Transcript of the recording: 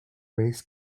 race